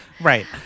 Right